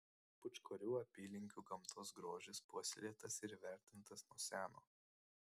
pūčkorių apylinkių gamtos grožis puoselėtas ir vertintas nuo seno